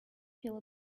feel